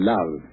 Love